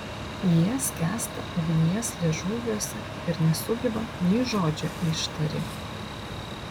jie skęsta ugnies liežuviuose ir nesugeba nei žodžio ištari